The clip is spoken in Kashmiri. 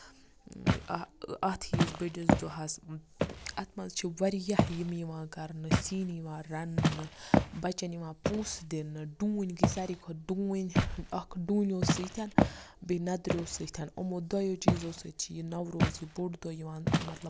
اَتھ ہِیِس بٔڑِس دۄہَس اَتھ منٛز چھِ واریاہ یِم یِوان کرنہٕ سِنۍ یِوان رَننہٕ بَچن یِوان پوٚنسہٕ دِنہٕ ڈوٗنۍ گٔے ساروی کھۄتہٕ ڈوٗنۍ اکھ ڈوٗنیو سۭتۍ بیٚیہِ نَدریو سۭتۍ یِمو دۄیو چیٖزو سۭتۍ چھُ یہِ نوروز یہِ بوٚڑ دۄہ یِوان مطلب